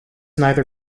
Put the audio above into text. neither